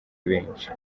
benshi